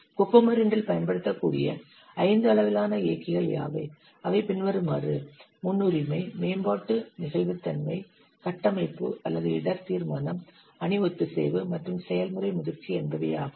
COCOMO II இல் பயன்படுத்தக்கூடிய 5 அளவிலான இயக்கிகள் யாவை அவை பின்வருமாறு முன்னுரிமை மேம்பாட்டு நெகிழ்வுத்தன்மை கட்டமைப்பு அல்லது இடர் தீர்மானம் அணி ஒத்திசைவு மற்றும் செயல்முறை முதிர்ச்சி என்பவையாகும்